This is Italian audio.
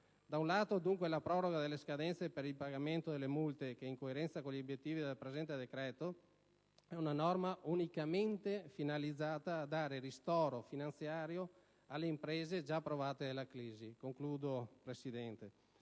Da un lato, dunque, la proroga delle scadenze per il pagamento delle multe che, in coerenza con gli obiettivi del presente decreto, è una norma unicamente finalizzata a dare ristoro finanziario alle imprese già provate dalla crisi; dall'altro, e in